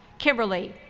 kimberly,